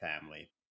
family